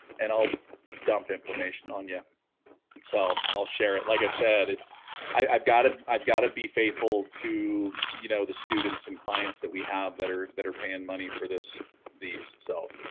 and i'll dump information on ya so i'll share it like i said it's i've got it i've got to be faithful to you know the students and clients that we have that are better paying money for this these so